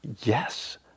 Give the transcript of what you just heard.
yes